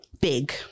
big